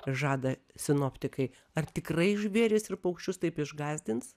žada sinoptikai ar tikrai žvėris ir paukščius taip išgąsdins